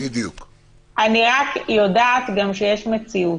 אני רק יודעת גם שיש מציאות.